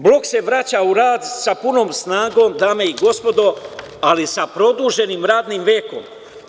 Blok se vraća sa punom snagom, dame i gospodo, ali sa produženim radnim vekom.